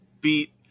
beat